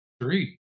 three